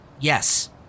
Yes